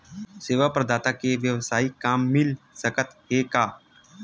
सेवा प्रदाता के वेवसायिक काम मिल सकत हे का?